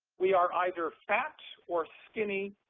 we are either fat or skinny,